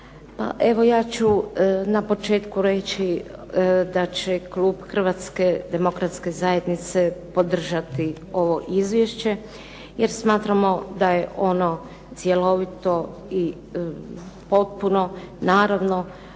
evo ja ću na početku reći da će klub Hrvatske demokratske zajednice podržati ovo izvješće, jer smatramo da je ono cjelovito i potpuno, naravno